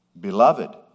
Beloved